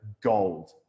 gold